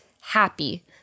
happy